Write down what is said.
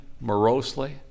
morosely